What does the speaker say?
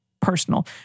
personal